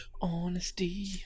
Honesty